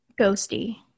ghosty